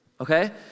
okay